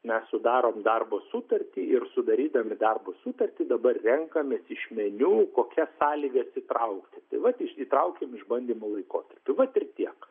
mes sudarom darbo sutartį ir sudarydami darbo sutartį dabar renkamės iš meniu kokias sąlygas įtraukti tai vat įtraukiam išbandymo laikotarpį vat ir tiek